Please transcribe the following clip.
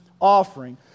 offering